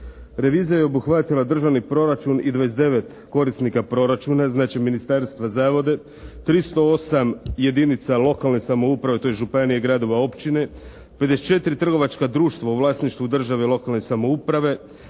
Revizija je obuhvatila državni proračun i dvadeset i devet korisnika proračuna, znači ministarstva, zavode, 308 jedinica lokalne samouprave tj. županije, gradove i općine, 54 trgovačka društva u vlasništvu države i lokalne samouprave,